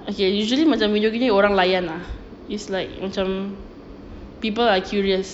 okay usually macam video gini orang layan ah it's like macam people are curious